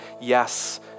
yes